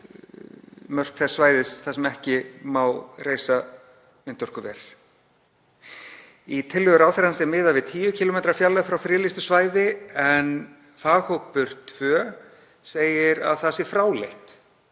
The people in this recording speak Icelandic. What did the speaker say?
mörk þess svæðis þar sem ekki má reisa vindorkuver. Í tillögu ráðherrans er miðað við 10 km fjarlægð frá friðlýstu svæði en faghópur tvö segir að það sé fráleitt.